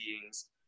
beings